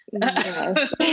Yes